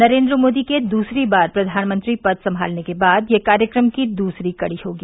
नरेन्द्र मोदी के दूसरी बार प्रधानमंत्री के पद संभालने के बाद यह कार्यक्रम की दूसरी कड़ी होगी